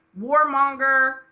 warmonger